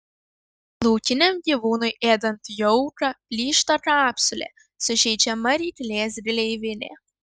laukiniam gyvūnui ėdant jauką plyšta kapsulė sužeidžiama ryklės gleivinė